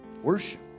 worship